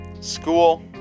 School